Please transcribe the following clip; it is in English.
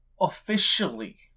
officially